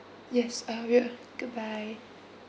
yes uh yeah goodbye